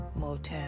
Motown